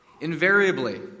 Invariably